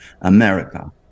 America